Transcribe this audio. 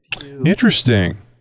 Interesting